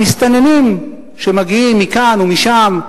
המסתננים שמגיעים מכאן או משם,